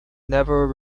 never